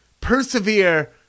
persevere